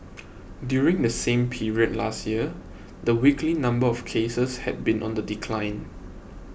during the same period last year the weekly number of cases had been on the decline